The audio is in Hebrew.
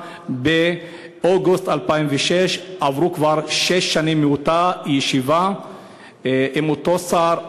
באוגוסט 2006. עברו כבר שנים מאותה ישיבה עם אותו שר,